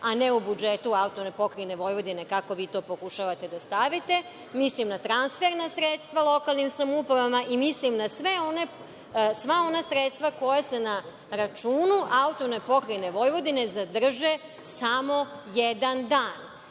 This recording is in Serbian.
a ne o budžetu AP Vojvodine kako vi to pokušavate da stavite. Mislim na transferna sredstva lokalnim samoupravama i mislim na sva ona sredstva koja su na računu AP Vojvodine zadrže samo jedan dan.